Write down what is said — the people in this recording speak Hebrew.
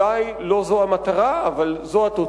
וכפי שראינו זאת התוצאה,